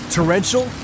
Torrential